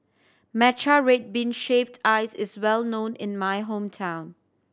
matcha red bean shaved ice is well known in my hometown